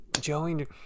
joey